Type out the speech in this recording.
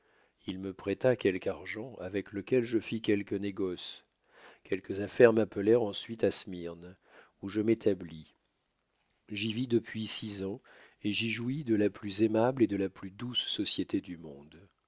il me prêta quelque argent avec lequel je fis quelque négoce quelques affaires m'appelèrent ensuite à smyrne où je m'établis j'y vis depuis six ans et j'y jouis de la plus aimable et de la plus douce société du monde